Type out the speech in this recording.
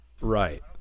Right